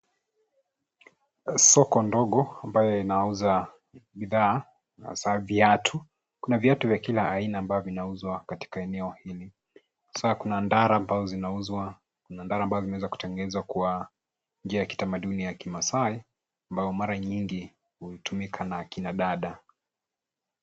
Soko ndogo ambayo inauuza bidhaa hasa viatu. Kuna viatu vya kila aina ambavyo vinauzwa katika eneo hili hasa kuna dala ambazo zinauzwa dala ambazo zinaweza kutengenezwa kwa njia ya kitamaduni ya kimaasai ambao mara nyingi hutumika na akina dada.